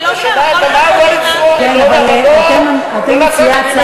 אני לא מבינה, אם הם רוצים ועדת כספים, את שומעת?